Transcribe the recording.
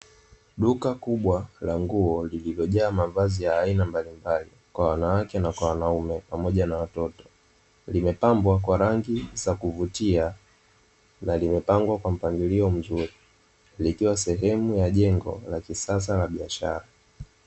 Duka kubwa la nguo lililojaa mavazi ya aina mbalimbali, kwa wanawake na kwa wanaume pamoja na watoto; limepambwa kwa rangi za kuvutia na limepangwa kwa mpangilio mzuri, likiwa ni sehemu ya jengo la kisasa la biashara.